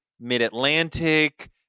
mid-atlantic